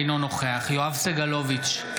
אינו נוכח יואב סגלוביץ'